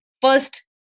first